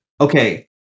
okay